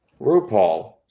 RuPaul